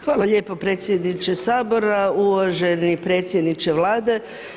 Hvala lijepo predsjedniče Sabora, uvaženi predsjedniče Vlade.